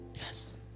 yes